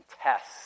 tests